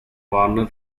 warmer